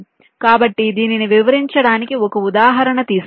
కాబట్టి దీనిని వివరించడానికి ఒక ఉదాహరణ తీసుకుందాం